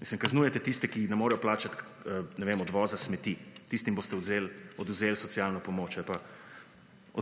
Mislim, kaznujete tiste, ki ne morejo plačati, ne vem, odvoza smeti. Tistim boste odvzeli socialno pomoč ali pa